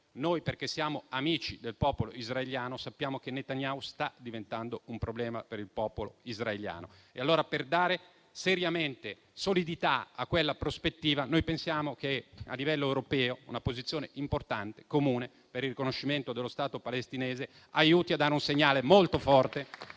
noi, perché siamo amici del popolo israeliano, sappiamo che Netanyahu sta diventando un problema per il popolo israeliano. Allora, per dare seriamente solidità a quella prospettiva, pensiamo che a livello europeo una posizione importante e comune per il riconoscimento dello Stato palestinese aiuti a dare un segnale molto forte